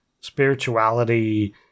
spirituality